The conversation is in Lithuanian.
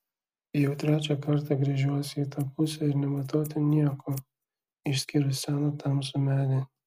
jau trečią kartą gręžiuosi į tą pusę ir nematau ten nieko išskyrus seną tamsų medį